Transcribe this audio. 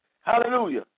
Hallelujah